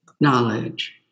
knowledge